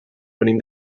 venim